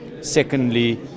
secondly